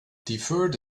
deferred